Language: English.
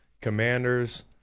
Commanders